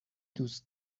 دوست